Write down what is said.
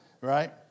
right